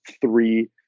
three